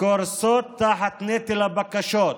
קורסות תחת נטל הבקשות.